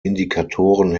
indikatoren